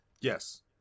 Yes